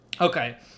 Okay